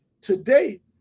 today